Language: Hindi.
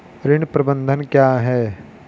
ऋण प्रबंधन क्या है?